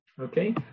Okay